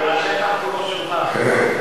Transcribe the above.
השטח כולו שלך עכשיו.